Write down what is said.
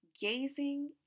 gazing